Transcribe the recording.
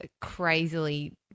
crazily